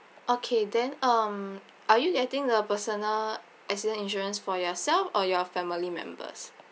okay then um are you getting a personal accident insurance for yourself or your family members